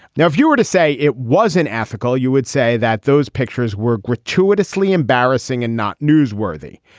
now if you were to say it was an ethical you would say that those pictures were gratuitously embarrassing and not newsworthy.